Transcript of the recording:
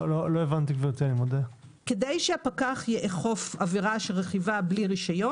כלומר כדי שפקח יאכוף עבירה של רכיבה בלי רשיון